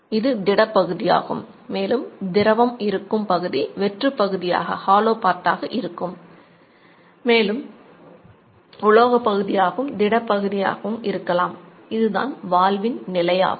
இதுதான் தண்டு அதிகரிக்கிறது